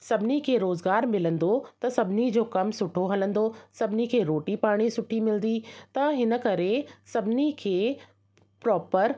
सभिनी खे रोज़गारु मिलंदो त सभिनी जो कमु सुठो हलंदो सभिनी खे रोटी पाणी सुठी मिलंदी त हिन करे सभिनी खे प्रोपर